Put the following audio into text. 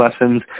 lessons